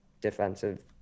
defensive